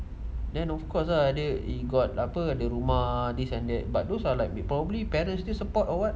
then of course lah the apa rumah got this and that but those are probably parents still support or what